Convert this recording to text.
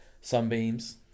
sunbeams